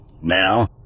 Now